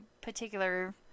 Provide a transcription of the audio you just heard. particular